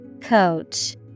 Coach